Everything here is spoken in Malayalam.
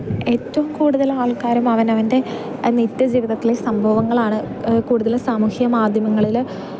ഏറ്റവും കൂടുതൽ ആൾക്കാരും അവനവൻ്റെ നിത്യ ജീവിതത്തിലെ സംഭവങ്ങളാണ് കൂടുതൽ സാമൂഹ്യ മാധ്യമങ്ങളിൽ